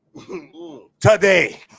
today